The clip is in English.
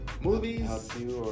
movies